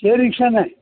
share rickshaw नाही